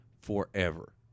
forever